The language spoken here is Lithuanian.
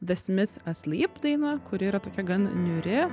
the smiths asleep daina kuri yra tokia gan niūri